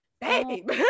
babe